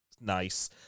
Nice